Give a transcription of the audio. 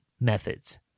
methods